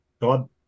god